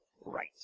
right